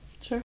Sure